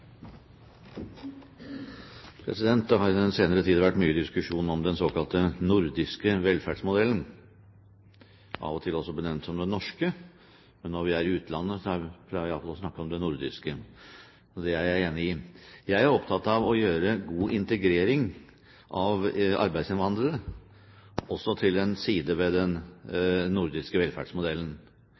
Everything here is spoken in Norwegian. til også benevnt som den norske – men når vi er i utlandet, pleier vi iallfall å snakke om den nordiske, noe jeg er enig i. Jeg er opptatt av å gjøre god integrering av arbeidsinnvandrere også til en side ved den nordiske velferdsmodellen.